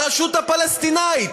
ברשות הפלסטינית.